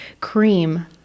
cream